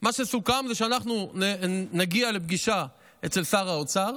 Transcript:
מה שסוכם זה שאנחנו נגיע לפגישה אצל שר האוצר